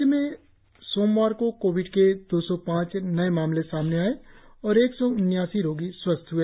राज्य में सोमवार को कोविड के दो सौ पांच नए मामले सामने आए और एक सौ उन्यासी रोगी स्वस्थ हए